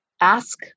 ask